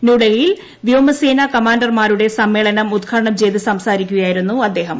ന്യൂഡൽഹി യിൽ വ്യോമസേന കമാൻഡർമാരുടെ സമ്മേളനം ഉദ്ഘാടനം ചെയ്ത് സംസാരിക്കുകയായിരുന്നു അദ്ദേഹം